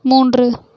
மூன்று